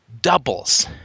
doubles